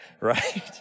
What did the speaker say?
Right